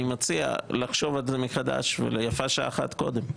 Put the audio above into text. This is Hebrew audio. אני מציע לחשוב על זה מחדש ויפה שעה אחת קודם.